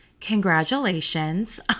congratulations